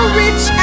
rich